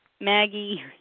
Maggie